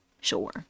Sure